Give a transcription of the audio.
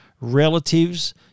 relatives